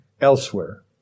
elsewhere